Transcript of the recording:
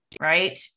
right